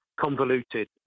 convoluted